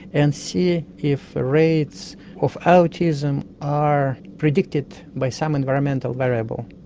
and see if rates of autism are predicted by some environmental variable.